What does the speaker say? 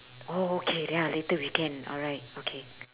oh okay ya later we can alright okay